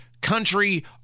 country